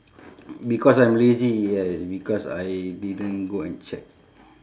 because I'm lazy ya it's because I didn't go and check